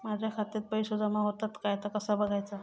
माझ्या खात्यात पैसो जमा होतत काय ता कसा बगायचा?